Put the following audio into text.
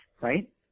right